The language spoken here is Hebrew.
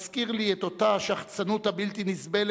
מזכיר לי את אותה השחצנות הבלתי-נסבלת,